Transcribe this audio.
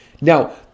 now